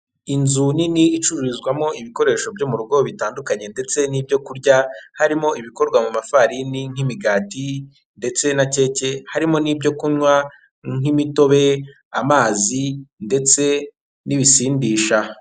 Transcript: Inzu nini icururizwamo ibikoresho byo mu rugo bitandukanye, ndetse n'ibyo kurya harimo ibikorwa mu mafarini nk'imigati ndetse na keke, harimo n'ibyo kunywa nk'imitobe, amazi ndetse n'ibisindisha.